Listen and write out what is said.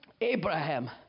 Abraham